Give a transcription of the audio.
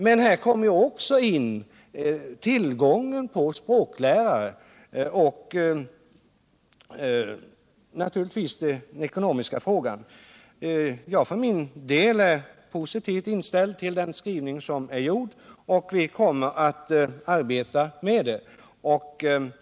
Men här kommer tillgången på språklärare in i bilden liksom även den ekonomiska frågan. Jag är för min del positivt inställd till den skrivning som är gjord, och vi kommer att arbeta enligt denna.